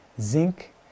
zinc